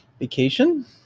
vacation